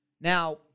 Now